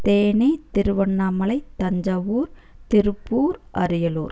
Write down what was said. Theni Tiruvannamalai Thanjavur Tiruppur Ariyalur